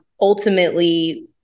ultimately